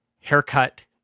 haircut